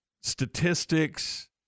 statistics